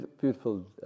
beautiful